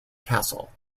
castle